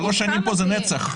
זה נצח.